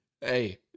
Hey